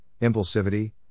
impulsivity